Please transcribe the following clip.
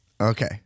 Okay